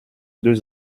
deux